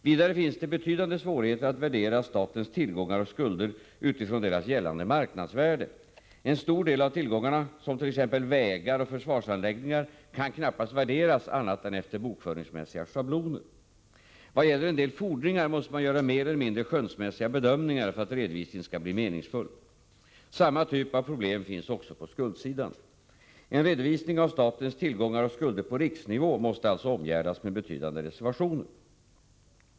Vidare finns det betydande svårigheter att värdera statens tillgångar och skulder utifrån deras gällande marknadsvärde. En stor del av tillgångarna, som t.ex. vägar och försvarsanläggningar, kan knappast värderas annat än efter bokföringsmässiga schabloner. Vad gäller en del fordringar måste man göra mer eller mindre skönsmässiga bedömningar för att redovisningen skall bli meningsfull. Samma typ av problem finns också på skuldsidan. En redovisning av statens tillgångar och skulder på riksnivå måste alltså omgärdas med betydande reservationer.